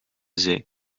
zee